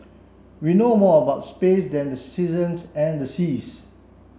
we know more about space than the seasons and the seas